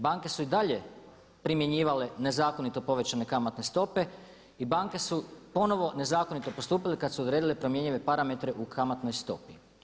Banke su i dalje primjenjivale nezakonito povećane kamatne stope i banke su ponovo nezakonito postupile kada su odredile promjenjive parametre u kamatnoj stopi.